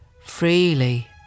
freely